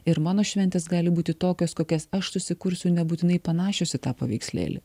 ir mano šventės gali būti tokios kokias aš susikursiu nebūtinai panašios į tą paveikslėlį